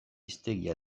hiztegia